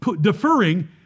deferring